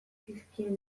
zizkion